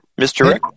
Mr